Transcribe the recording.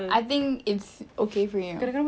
I think it's okay for you